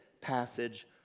passage